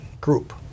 group